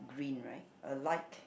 green right a light